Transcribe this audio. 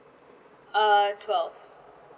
uh twelve